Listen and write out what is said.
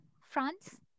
France